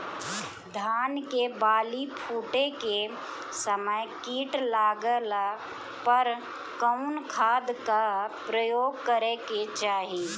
धान के बाली फूटे के समय कीट लागला पर कउन खाद क प्रयोग करे के चाही?